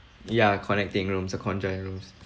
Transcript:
ya connecting rooms a conjoined rooms